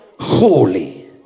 holy